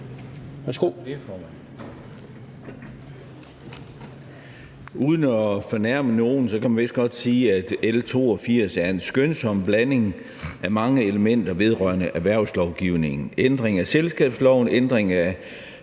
Uden at fornærme nogen kan man vist godt sige, at L 82 er en skønsom blanding af mange elementer vedrørende erhvervslovgivningen – ændring af selskabsloven, ændring